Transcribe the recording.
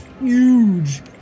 huge